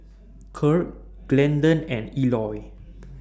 Kirk Glendon and Eloy